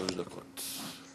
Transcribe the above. שלוש דקות.